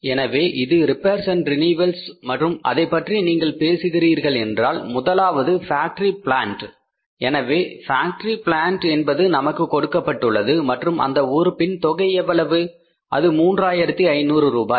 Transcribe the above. எனவே இது repairs and renewals மற்றும் அதைப் பற்றி நீங்கள் பேசுகிறீர்கள் என்றால் முதலாவது ஃபேக்டரி பிளான்ட் எனவே ஃபேக்டரி பிளான்ட் என்பது நமக்கு கொடுக்கப்பட்டுள்ளது மற்றும் அந்த உறுப்பின் தொகை எவ்வளவு அது 3 ஆயிரத்து 500 ரூபாய்